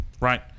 right